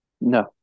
No